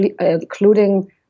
including